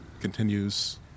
continues